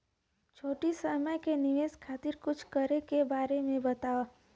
छोटी समय के निवेश खातिर कुछ करे के बारे मे बताव?